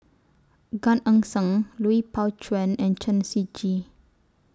Gan Eng Seng Lui Pao Chuen and Chen Shiji